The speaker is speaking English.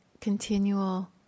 continual